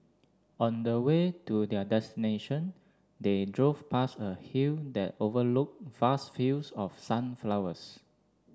on the way to their destination they drove past a hill that overlooked vast fields of sunflowers